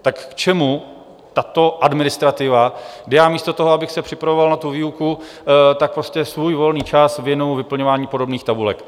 Tak k čemu tato administrativa, kdy já místo toho, abych se připravoval na výuku, tak prostě svůj volný čas věnuji vyplňování podobných tabulek.